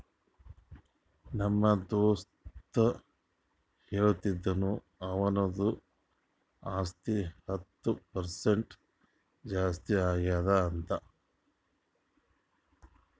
ನಮ್ದು ದೋಸ್ತ ಹೇಳತಿನು ಅವಂದು ಆಸ್ತಿ ಹತ್ತ್ ಪರ್ಸೆಂಟ್ ಜಾಸ್ತಿ ಆಗ್ಯಾದ್ ಅಂತ್